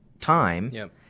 time